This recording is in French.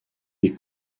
des